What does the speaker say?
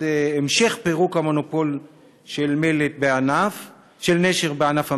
המשך פירוק המונופול של נשר בענף המלט?